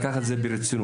לקחת את זה ברצינות,